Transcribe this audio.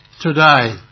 today